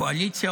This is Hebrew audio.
קואליציה,